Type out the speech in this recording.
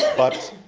but,